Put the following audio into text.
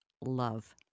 love